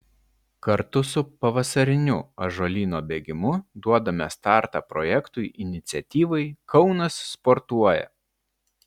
kartu su pavasariniu ąžuolyno bėgimu duodame startą projektui iniciatyvai kaunas sportuoja